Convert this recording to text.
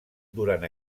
durant